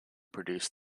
produced